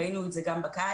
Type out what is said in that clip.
ראינו את זה גם בקיץ.